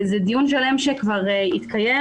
זה דיון שלם שכבר התקיים.